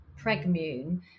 pregmune